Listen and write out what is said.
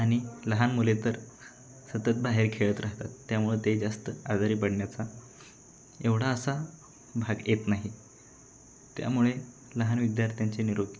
आणि लहान मुले तर सतत बाहेर खेळत राहतात त्यामुळं ते जास्त आजारी पडण्याचा एवढा असा भाग येत नाही त्यामुळे लहान विद्यार्थ्यांचे निरोगी